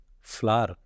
flour